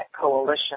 coalition